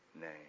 name